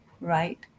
right